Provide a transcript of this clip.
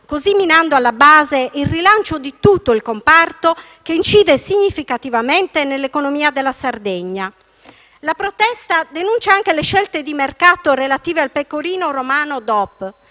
così alla base il rilancio di tutto un comparto che incide significativamente sull'economia della Sardegna. La protesta denuncia anche le scelte di mercato relative al pecorino romano DOP,